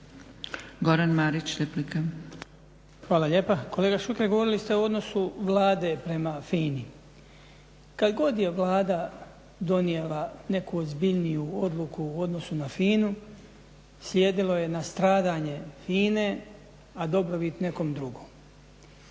Goran (HDZ)** Hvala lijepa. Kolega Šuker, govorili ste o odnosu Vlade prema FINA-i. Kad god je Vlada donijela neku ozbiljniju odluku u odnosu na FINA-u slijedilo je nastradanje FINA-e, a dobrobit nekom drugom.